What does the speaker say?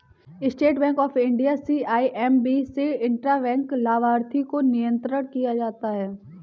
state bank of India CIMB से intra bank लाभार्थी को नियंत्रण किया जाता है